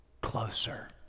closer